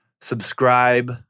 subscribe